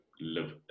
live